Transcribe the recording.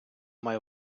має